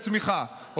מדובר בצמיחה שלילית,